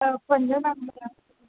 त पंज ॼणा